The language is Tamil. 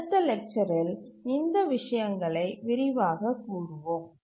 அடுத்த லெக்சரில் இந்த விடயங்களை விரிவாகக் கூறுவோம்